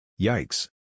Yikes